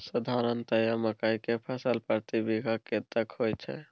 साधारणतया मकई के फसल प्रति बीघा कतेक होयत छै?